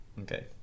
Okay